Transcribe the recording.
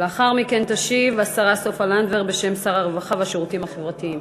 לאחר מכן תשיב השרה סופה לנדבר בשם שר הרווחה והשירותים החברתיים.